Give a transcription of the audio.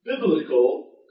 biblical